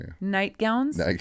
Nightgowns